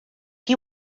chi